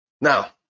Now